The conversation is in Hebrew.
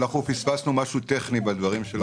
פספסנו משהו טכני בדברים שלנו,